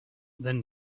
then